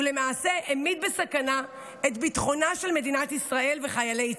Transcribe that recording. ולמעשה העמיד בסכנה את ביטחונם של מדינת ישראל וחיילי צה"ל.